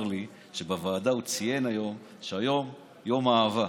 לי שהוא ציין בוועדה שהיום יום האהבה.